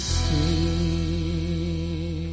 see